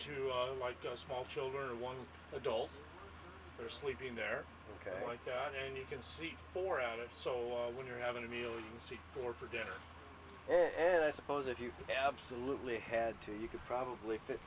to like the small children or one adult for sleeping there like that and you can see four out of so when you're having a meal you see four for dinner and i suppose if you absolutely had to you could probably fit